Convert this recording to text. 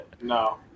no